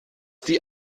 die